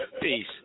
Peace